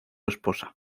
esposa